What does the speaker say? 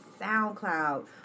SoundCloud